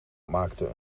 maakte